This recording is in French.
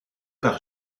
par